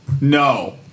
No